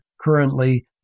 currently